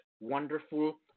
wonderful